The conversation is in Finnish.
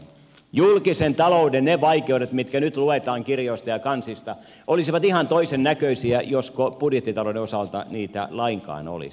julkisen talouden ne vaikeudet mitkä nyt luetaan kirjoista ja kansista olisivat ihan toisennäköisiä josko budjettitalouden osalta niitä lainkaan olisi